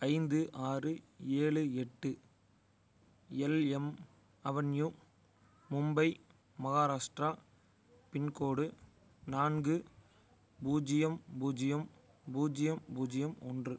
ஐந்து ஐந்து ஆறு ஏழு எட்டு Elm Avenue Mumbai Maharashtra pincode நான்கு பூஜ்ஜியம் பூஜ்ஜியம் பூஜ்ஜியம் பூஜ்ஜியம் ஒன்று